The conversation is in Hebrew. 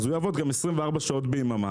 אז הוא יעבוד גם 24 שעות ביממה,